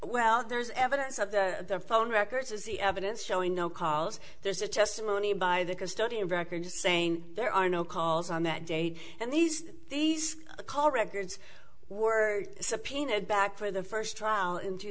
well there is evidence of the phone records as the evidence showing no calls there's a testimony by the custodian of record saying there are no calls on that date and these these call records were subpoenaed back for the first trial in two